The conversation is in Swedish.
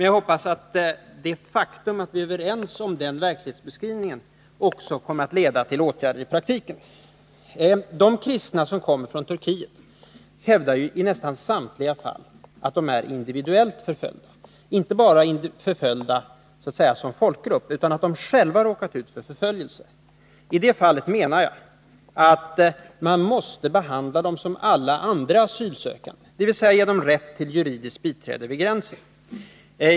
Jag hoppas att det faktum att vi är överens om den verklighetsbeskrivningen också i praktiken kommer att leda till åtgärder. De kristna som kom från Turkiet hävdar ju i nästan samtliga fall att de är individuellt förföljda, dvs. inte bara förföljda därför att de tillhör en viss folkgrupp. De har alltså själva råkat ut för förföljelse. I det här fallet menar jag att man måste behandla dem som alla andra asylsökande, dvs. ge dem rätt till juridiskt biträde vid gränsen.